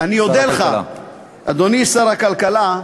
אני אודה לך, אדוני שר הכלכלה,